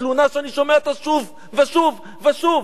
תלונה שאני שומע אותה שוב ושוב ושוב,